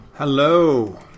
Hello